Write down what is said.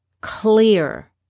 clear